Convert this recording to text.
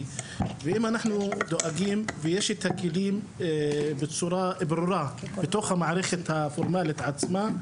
ואם אנחנו דואגים ויש את הכלים בצורה ברורה בתוך המערכת הפורמלית עצמה,